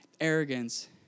arrogance